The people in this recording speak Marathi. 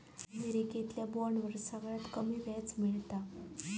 अमेरिकेतल्या बॉन्डवर सगळ्यात कमी व्याज मिळता